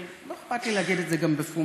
אבל לא אכפת לי להגיד את זה גם בפומבי,